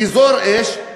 אזור אש,